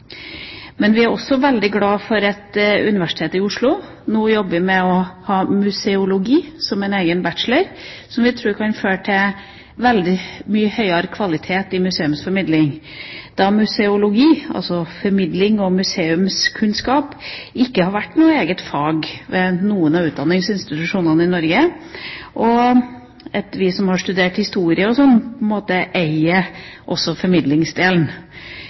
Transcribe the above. Men vi er også veldig glad for at Universitetet i Oslo nå jobber med å ha museologi som en egen bachelor, noe vi tror kan føre til veldig mye høyere kvalitet i museumsformidling, da museologi – altså formidlings- og museumskunnskap – ikke har vært noe eget fag ved noen av utdanningsinstitusjonene i Norge, og vi som har studert historie og sånn, på en måte eier også formidlingsdelen.